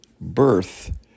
birth